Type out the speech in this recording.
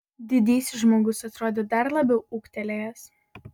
didysis žmogus atrodė dar labiau ūgtelėjęs